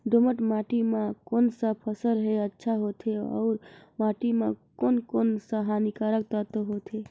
दोमट माटी मां कोन सा फसल ह अच्छा होथे अउर माटी म कोन कोन स हानिकारक तत्व होथे?